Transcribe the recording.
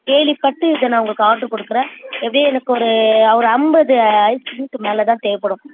கேள்விப்பட்டு இது நான் உங்களுக்கு ஆட்ரு கொடுக்குறேன் எப்படியும் எனக்கு ஒரு ஒரு ஐம்பது ஐஸ்கிரீம்க்கு மேலே தான் தேவைப்படும்